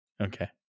Okay